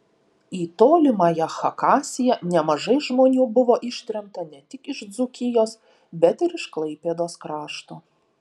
į tolimąją chakasiją nemažai žmonių buvo ištremta ne tik iš dzūkijos bet ir iš klaipėdos krašto